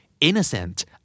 innocent